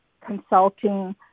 consulting